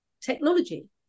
technology